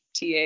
TA